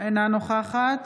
אינה נוכחת